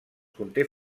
conté